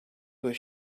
was